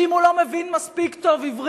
ואם הוא לא מבין מספיק טוב עברית,